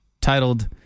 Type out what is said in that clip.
titled